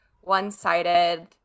one-sided